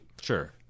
Sure